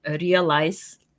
realize